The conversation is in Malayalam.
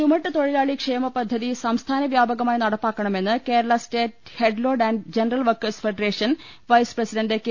ചുമട്ട് തൊഴിലാളി ക്ഷേമപദ്ധതി സംസ്ഥാനവ്യാപകമായി നട പ്പാക്കണമെന്ന് Kerala state head load and general workers federation vice president K